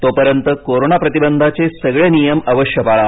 तोपर्यंत कोरोना प्रतिबंधाचे सगळे नियम अवश्य पाळा